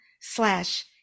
slash